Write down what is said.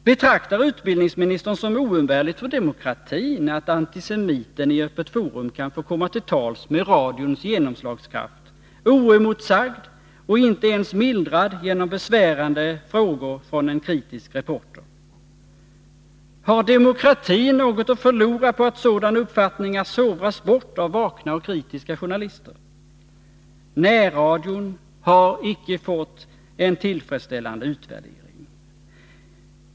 Betraktar utbildningsminis 2 juni 1982 tern det som oumbärligt för demokratin att antisemiter i Öppet Forum med radions genomslagskraft kan få komma till tals oemotsagda och därvid inte ens utsättas för besvärande frågor från en kritisk reporter? Har demokratin något att förlora på att sådana uppfattningar sovras bort av vakna och kritiska journalister? Närradion har inte fått en tillfredsställande utvärdering.